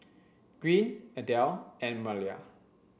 Green Adel and Malia